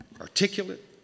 articulate